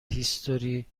هیستوری